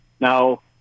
Now